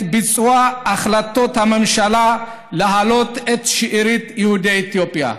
ביצוע החלטות הממשלה להעלות את שארית יהודי אתיופיה.